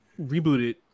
rebooted